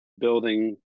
building